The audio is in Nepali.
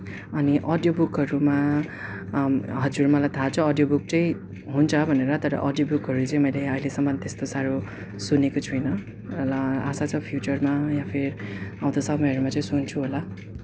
अनि अडियोबुकहरूमा हजुर मलाई थाह छ अडियोबुक चाहिँ हुन्छ भनेर तर अडियोबुकहरू चाहिँ मैले अहिलेसम्म त्यस्तो साह्रो सुनेको छैन र आशा छ फ्युचरमा या फिर आउँदो समयहरूमा चाहिँ सुन्छु होला